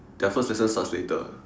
their first lesson starts later